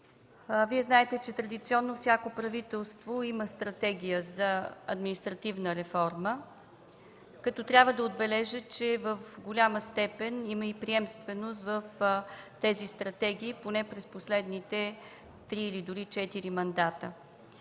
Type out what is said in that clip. Вие знаете, че традиционно всяко правителство има Стратегия за административна реформа, като трябва да отбележа, че в голяма степен има и приемственост в тези стратегии поне през последните три или дори четири мандата.